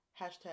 hashtag